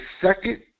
second